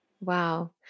Wow